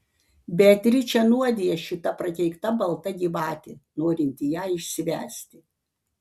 beatričę nuodija šita prakeikta balta gyvatė norinti ją išsivesti